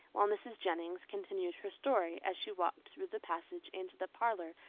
while mrs. jennings continued her story as she walked through the passage into the parlour,